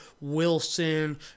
Wilson